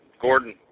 Gordon